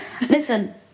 listen